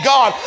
God